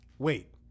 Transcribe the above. Wait